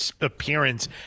appearance